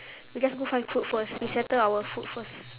we just go find food first we settle our food first